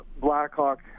Blackhawk